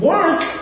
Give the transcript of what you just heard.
Work